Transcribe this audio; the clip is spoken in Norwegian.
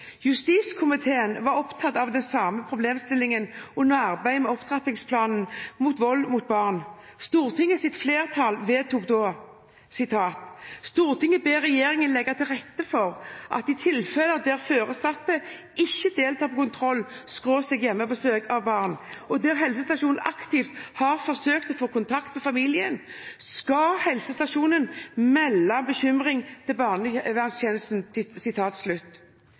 Justiskomiteen var opptatt av den samme problemstillingen under arbeidet med opptrappingsplanen mot vold mot barn. Stortingsflertallet vedtok da: «Stortinget ber regjeringen legge til rette for at i tilfeller der foresatte ikke deltar på kontroll/hjemmebesøk av barn, og der helsestasjonen aktivt har forsøkt å få kontakt med familien, skal helsestasjonene melde bekymring til